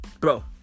Bro